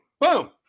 Boom